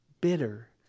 bitter